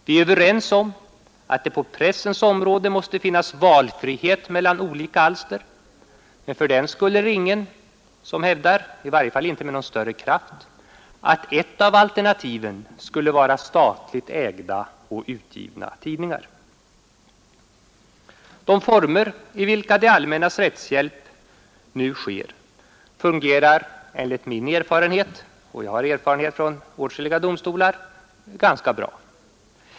Vi är överens om att det på pressens område måste finnas frihet att välja mellan olika alster, men fördenskull är det ingen som hävdar — i varje fall inte med någon större kraft — att ett av alternativen skulle vara statligt ägda och utgivna tidningar. Det allmännas rättshjälp fungerar enligt min erfarenhet — och jag har erfarenhet från åtskilliga domstolar — i nuvarande former ganska bra.